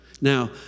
Now